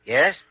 Yes